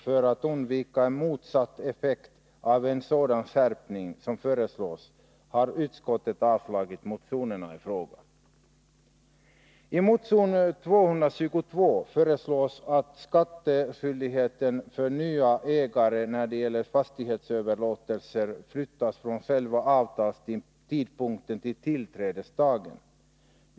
För att undvika en motsatt effekt av en sådan skärpning som föreslås har utskottet avstyrkt motionerna i fråga. I motion 222 föreslås att skattskyldigheten för nya ägare när det gäller fastighetsöverlåtelser flyttas från själva avtalstidpunkten till tillträdesdagen.